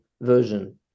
version